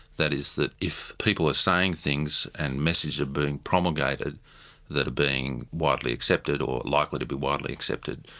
that is, that if people are saying things and messages are being promulgated that are being widely accepted, or likely to be widely accepted,